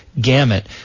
gamut